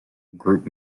group